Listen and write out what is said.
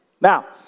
Now